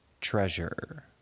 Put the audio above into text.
treasure